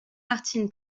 martin